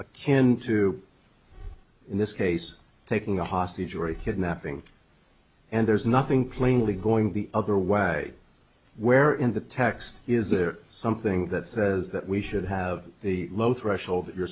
can too in this case taking a hostage or a kidnapping and there's nothing plainly going the other way where in the text is there something that says that we should have the low threshold you're